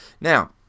Now